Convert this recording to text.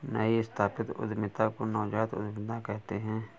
नई स्थापित उद्यमिता को नवजात उद्दमिता कहते हैं